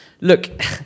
Look